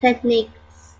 techniques